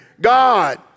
God